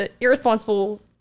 irresponsible